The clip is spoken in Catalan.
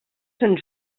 sant